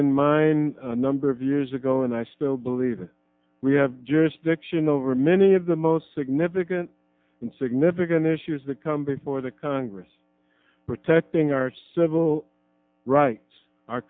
in mind number of years ago and i still believe that we have jurisdiction over many of the most significant and significant issues that come before the congress protecting our civil rights our